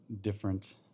different